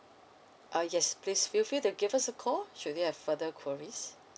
uh yes please feel free to give us a call should you have further queries